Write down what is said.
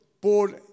por